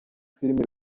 filimi